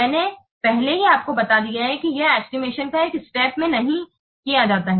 मैंने पहले ही आपको बता दिया है कि यह एस्टिमेशन एक स्टेप्स में नहीं किया जाता है